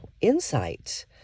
insight